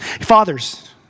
Fathers